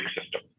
system